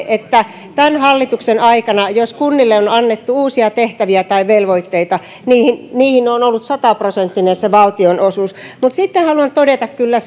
että jos tämän hallituksen aikana kunnille on annettu uusia tehtäviä tai velvoitteita niihin niihin on ollut sataprosenttinen valtionosuus mutta sitten haluan todeta kyllä